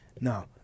now